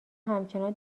همچنان